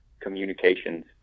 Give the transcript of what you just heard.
Communications